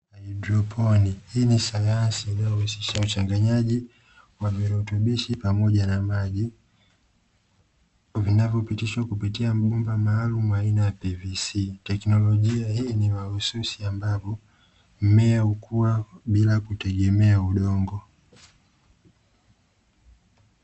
Haidroponiki Hii ni sayansi iliyowezesha uchanganyaji kwa virutubisho pamoja na maji kuvinavyopitishwa kupitia mibomba maalum aina ya PVC. Teknolojia hii ni mahususi ambayo mmea hukua bila kutegemea udongo.